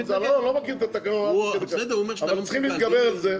אני לא מכיר את התקנון עד כדי כך אבל הם צריכים להתגבר על זה.